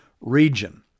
region